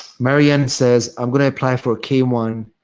marrian says, i'm going to apply for a k one.